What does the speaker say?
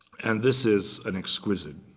and this is an exquisite,